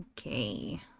Okay